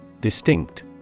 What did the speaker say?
Distinct